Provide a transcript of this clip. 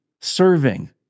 serving